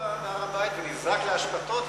בהר-הבית ונזרק לאשפתות,